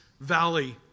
valley